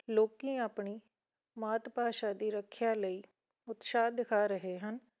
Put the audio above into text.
ਲੋਕ ਆਪਣੀ ਮਾਤ ਭਾਸ਼ਾ ਦੀ ਰੱਖਿਆ ਲਈ ਉਤਸ਼ਾਹ ਦਿਖਾ ਰਹੇ ਹਨ